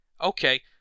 Okay